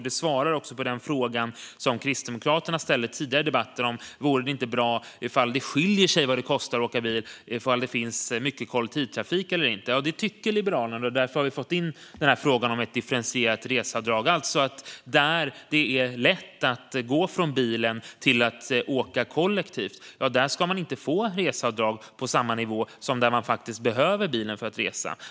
Det svarar också på den fråga som Kristdemokraterna ställde tidigare i debatten angående om det inte vore bra om kostnaden för att åka bil skilde sig beroende på om det finns mycket kollektivtrafik eller inte. Det tycker Liberalerna, och därför har vi fått in frågan om ett differentierat reseavdrag. Där det är lätt att gå från bilen till att åka kollektivt ska man inte få reseavdrag på samma nivå som där man faktiskt behöver bilen för att resa.